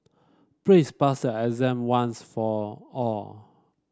please pass exam once for all